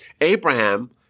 Abraham